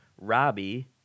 Robbie